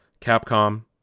Capcom